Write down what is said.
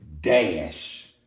dash